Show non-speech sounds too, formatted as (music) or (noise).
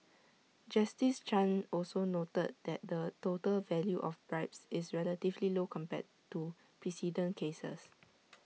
justice chan also noted that the total value of bribes is relatively low compared to precedent cases (noise)